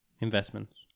investments